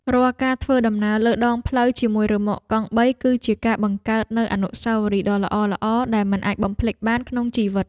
រាល់ការធ្វើដំណើរលើដងផ្លូវជាមួយរ៉ឺម៉កកង់បីគឺជាការបង្កើតនូវអនុស្សាវរីយ៍ដ៏ល្អៗដែលមិនអាចបំភ្លេចបានក្នុងជីវិត។